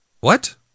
What